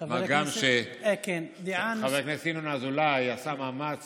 מה גם שחבר הכנסת ינון אזולאי עשה מאמץ